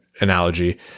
analogy